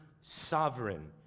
sovereign